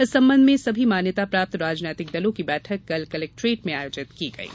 इस संबंध में सभी मान्यता प्राप्त राजनैतिक दलों की बैठक कल कलेक्ट्रेट में आयोजित की गयी